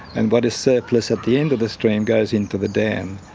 and what is surplus at the end of the stream goes into the dam.